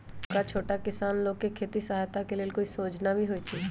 का छोटा किसान लोग के खेती सहायता के लेंल कोई योजना भी हई?